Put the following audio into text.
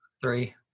Three